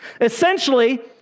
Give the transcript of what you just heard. Essentially